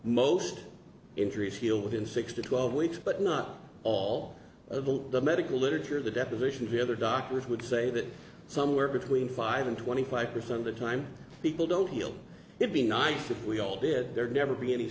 most injuries healed within six to twelve weeks but not all of the medical literature the deposition here other doctors would say that somewhere between five and twenty five percent of the time people don't feel it be nice if we all did there never be any